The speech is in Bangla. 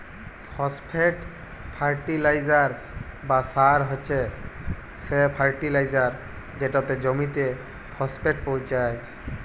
ফসফেট ফার্টিলাইজার বা সার হছে সে ফার্টিলাইজার যেটতে জমিতে ফসফেট পোঁছায়